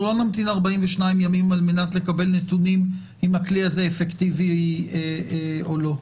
אנחנו לא נמתין 42 ימים על מנת לקבל נתונים אם הכלי הזה אפקטיבי או לא.